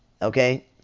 Okay